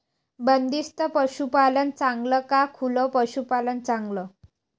बंदिस्त पशूपालन चांगलं का खुलं पशूपालन चांगलं?